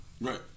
Right